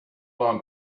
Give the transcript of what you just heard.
non